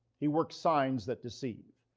he works signs that deceive.